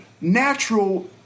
natural